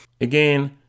again